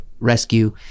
rescue